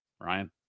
Ryan